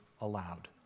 allowed